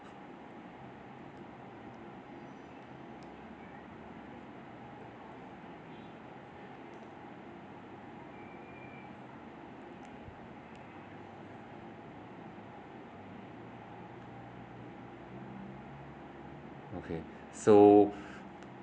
so